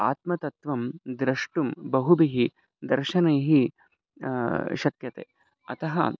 आत्मतत्त्वं द्रष्टुं बहुभिः दर्शनैः शक्यते अतः